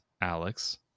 Alex